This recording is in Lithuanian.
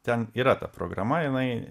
ten yra ta programa jinai